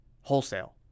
Wholesale